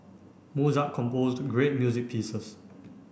Mozart composed great music pieces